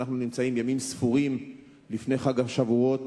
שאנחנו נמצאים ימים ספורים לפני חג השבועות,